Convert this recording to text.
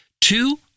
Two